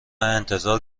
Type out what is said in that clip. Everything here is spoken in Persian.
انتظار